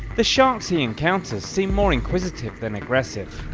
the sharks he encounters seem more inquisitive than aggressive.